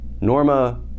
norma